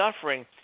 suffering